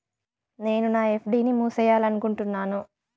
నేను నా ఎఫ్.డి ని మూసేయాలనుకుంటున్నాను